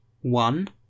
one